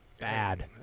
Bad